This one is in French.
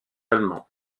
allemands